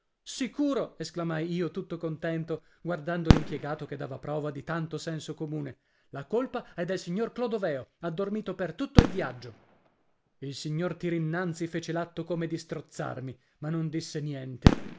sicuro esclamai io tutto contento guardando l'impiegato che dava prova di tanto senso comune la colpa è del signor clodoveo ha dormito per tutto il viaggio il signor tyrynnanzy fece l'atto come di strozzarmi ma non disse niente